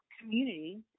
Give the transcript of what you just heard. community